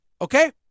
Okay